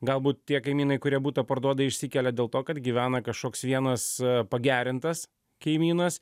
galbūt tie kaimynai kurie butą parduoda išsikelia dėl to kad gyvena kažkoks vienas pagerintas kaimynas